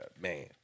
man